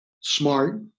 smart